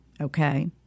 Okay